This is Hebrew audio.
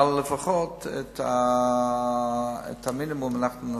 ולפחות את המינימום אנחנו נעשה.